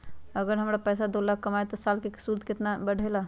अगर हमर पैसा दो लाख जमा है त साल के सूद केतना बढेला?